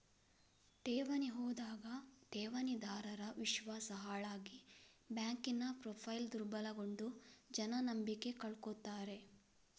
ಠೇವಣಿ ಹೋದಾಗ ಠೇವಣಿದಾರರ ವಿಶ್ವಾಸ ಹಾಳಾಗಿ ಬ್ಯಾಂಕಿನ ಪ್ರೊಫೈಲು ದುರ್ಬಲಗೊಂಡು ಜನ ನಂಬಿಕೆ ಕಳ್ಕೊತಾರೆ